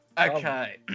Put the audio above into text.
Okay